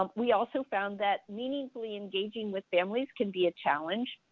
um we also found that meaningfully engaging with families can be a challenge.